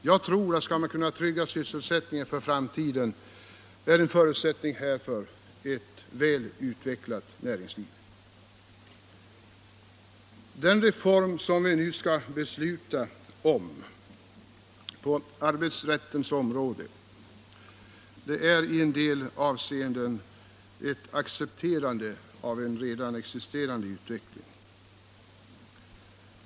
Jag tror att om man skall kunna trygga sysselsättningen för framtiden är en förutsättning härför ett väl utvecklat näringsliv. Den reform vi nu skall besluta om på arbetsrättens område är i en Idel avseenden ett accepterande av redan existerande utveckling.